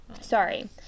Sorry